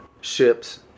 ships